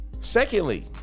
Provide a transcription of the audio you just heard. secondly